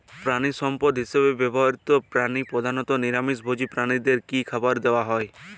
প্রাণিসম্পদ হিসেবে ব্যবহৃত প্রাণী প্রধানত নিরামিষ ভোজী প্রাণীদের কী খাবার দেয়া হয়?